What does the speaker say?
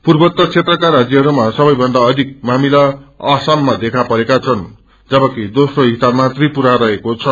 पूर्वोतर क्षेत्रमा राज्यहरूमा सवैभन्दा अधिक मामिला असमामा देखा परेका छन् जबकि दोस्नो सीनमा त्रिपुरा रहेको छ